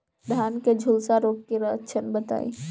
धान में झुलसा रोग क लक्षण बताई?